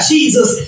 Jesus